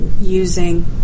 using